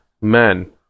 men